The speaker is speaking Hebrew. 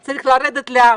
אז צריך לרדת לעם.